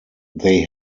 they